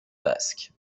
basque